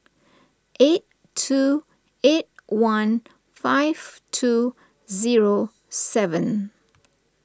eight two eight one five two zero seven